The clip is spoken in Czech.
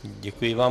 Děkuji vám.